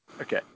Okay